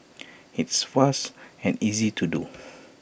it's fast and easy to do